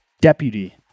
Deputy